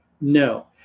No